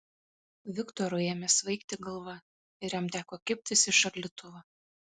viktorui ėmė svaigti galva ir jam teko kibtis į šaldytuvą